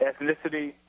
ethnicity